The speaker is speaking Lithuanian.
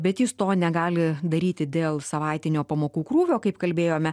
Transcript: bet jis to negali daryti dėl savaitinio pamokų krūvio kaip kalbėjome